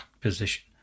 position